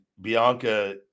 Bianca